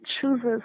chooses